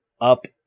up